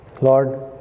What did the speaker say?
Lord